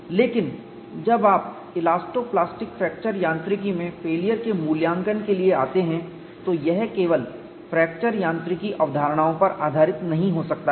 लेकिन जब आप इलास्टो प्लास्टिक फ्रैक्चर यांत्रिकी में फेलियर के मूल्यांकन के लिए आते हैं तो यह केवल फ्रैक्चर यांत्रिकी अवधारणाओं पर आधारित नहीं हो सकता है